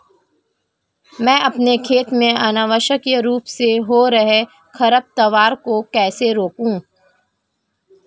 मैं अपने खेत में अनावश्यक रूप से हो रहे खरपतवार को कैसे रोकूं?